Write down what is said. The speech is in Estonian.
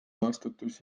vastutus